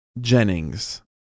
jennings